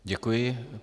Děkuji.